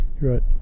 Right